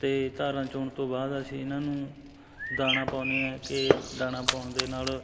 ਅਤੇ ਧਾਰਾਂ ਚੋਣ ਤੋਂ ਬਾਅਦ ਅਸੀਂ ਇਹਨਾਂ ਨੂੰ ਦਾਣਾ ਪਾਉਂਦੇ ਹਾਂ ਕਿ ਦਾਣਾ ਪਾਉਣ ਦੇ ਨਾਲ